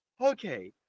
Okay